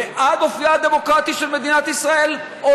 בעד אופייה הדמוקרטי של מדינת ישראל או